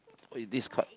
what is this card